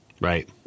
Right